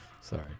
Sorry